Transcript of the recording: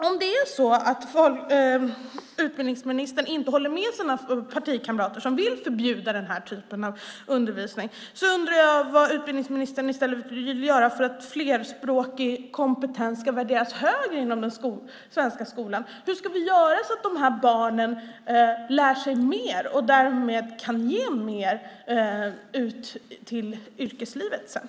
Om det är så att utbildningsministern inte håller med sina partikamrater som vill förbjuda den här typen av undervisning undrar jag vad han i stället vill göra för att flerspråkig kompetens ska värderas högre inom den svenska skolan. Hur ska vi göra för att de här barnen ska lära sig mer och därmed kan ge mer i yrkeslivet sedan?